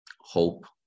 hope